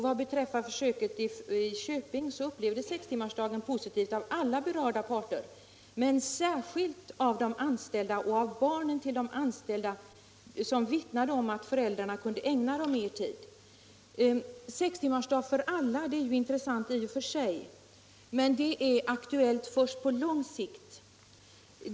Vad beträffar försöket i Köping upplevdes sextimmarsdagen positivt av alla berörda parter, men särskilt av de anställda med småbarn och av deras barn som vittnade om att föräldrarna numera kunde ägna mera tid åt dem. Sextimmarsdag för alla är i och för sig intressant, men den är aktuell först på lång sikt.